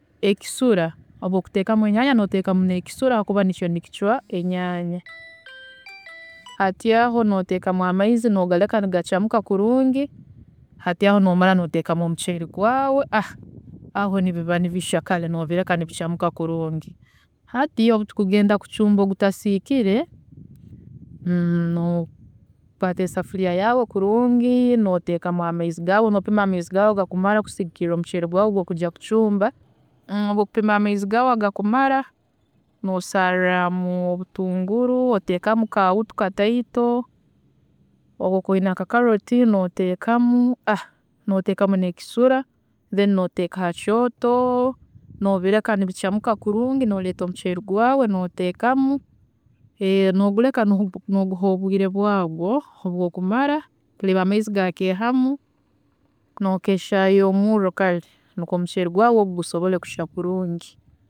﻿Ekisula, obu okuteekama enyanya noteekamu nekisula habwokuba nikyo nikikucwa enyanya, hati aho noteekamu amaizi nogareka nigacamuka kurungi hati aho nomara noteekamu omuceeri gwawe, aho nibiba nibishya kare nobireka nibicamuka kurungi. Hati obu tukugenda kucumba ogutasiikire, nokwaata esafuriya yaawe kurungi, noteekamu amaizi gawe, nopima amaizi gaawe agakumara omuceeri gwaawe okujya kucumba, obu okupima amaizi gaawe gakumara, nosaarramu obutunguru, oteekamu ka awutu kataito, obu okuba oyine aka carrot noteekamu, noteekamu nekisula, then noteeka ha kyooto nobireka nibicamuka kurungi, noreeta omuceeri gwaawe noteekamu, nogureka noguha obwiire bwagwo, obu okumara kurola amaizi gakeeha mu, nokeshya omuurro kare, nukwo omuceeri gwaawe gusobole kushya kurungi.